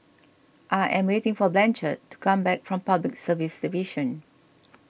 I am waiting for Blanchard to come back from Public Service Division